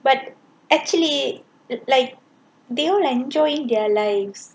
but actually like they all enjoy their life